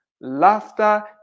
Laughter